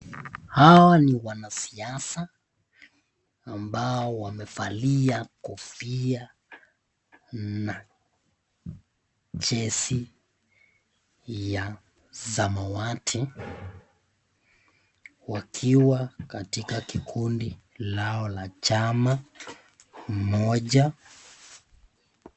Hawa ni wanasiasa ambao wamevalia kofia na jesi ya zamawadi wakiwa katika kikundi lao la chama moja.